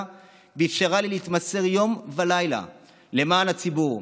ואפשרה לי להתמסר יום ולילה למען הציבור.